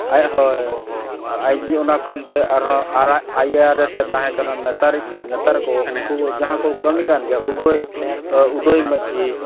ᱟᱡᱦᱚᱸ ᱟᱭᱹᱡᱤ ᱚᱱᱟ ᱠᱷᱚᱱᱛᱮ ᱟᱭ ᱟᱨ ᱮᱥ ᱮ ᱛᱟᱦᱮᱸᱠᱟᱱᱟ ᱱᱮᱛᱟᱨᱤᱡ ᱱᱟᱦᱟᱜ ᱱᱮᱛᱟᱨᱠᱚ ᱩᱱᱠᱩᱠᱚ ᱡᱟᱦᱟᱸᱠᱚ ᱠᱟᱹᱢᱤᱠᱟᱱ ᱜᱮᱭᱟ ᱩᱫᱚᱭ ᱩᱫᱚᱭ ᱢᱟᱡᱷᱤ